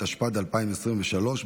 התשפ"ד 2023,